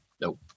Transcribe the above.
Nope